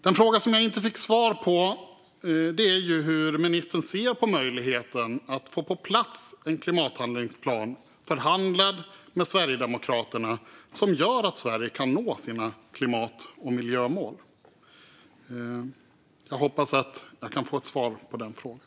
Den fråga som jag inte fick svar på är hur ministern ser på möjligheten att få på plats en klimathandlingsplan som är förhandlad med Sverigedemokraterna och som gör att Sverige kan nå sina klimat och miljömål. Jag hoppas att jag kan få ett svar på den frågan.